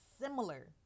similar